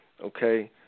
okay